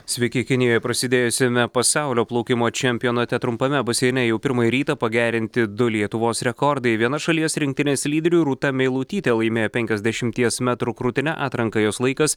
sveiki kinijoje prasidėjusiame pasaulio plaukimo čempionate trumpame baseine jau pirmąjį rytą pagerinti du lietuvos rekordai viena šalies rinktinės lyderių rūta meilutytė laimėjo penkiasdešimties metrų krūtine atranką jos laikas